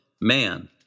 man